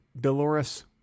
Dolores